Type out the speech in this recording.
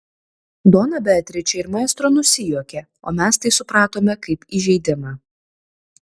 dona beatričė ir maestro nusijuokė o mes tai supratome kaip įžeidimą